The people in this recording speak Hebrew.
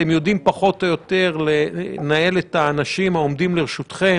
אתם יודעים פחות או יותר לנהל את האנשים העומדים לרשותכם,